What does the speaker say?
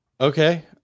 Okay